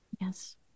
Yes